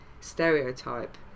stereotype